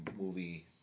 movie